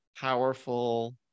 powerful